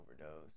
overdose